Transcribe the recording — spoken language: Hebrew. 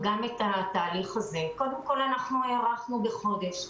הארכנו בחודש.